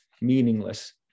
meaningless